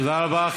תודה רבה.